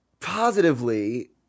positively